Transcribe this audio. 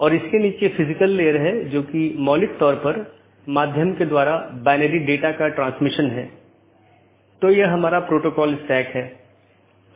तो इसके लिए कुछ आंतरिक मार्ग प्रोटोकॉल होना चाहिए जो ऑटॉनमस सिस्टम के भीतर इस बात का ध्यान रखेगा और एक बाहरी प्रोटोकॉल होना चाहिए जो इन चीजों के पार जाता है